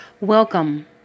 Welcome